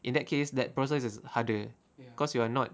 in that case that process is harder cause you are not